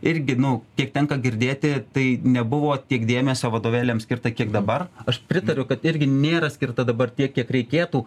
irgi nu kiek tenka girdėti tai nebuvo tiek dėmesio vadovėliam skirta kiek dabar aš pritariu kad irgi nėra skirta dabar tiek kiek reikėtų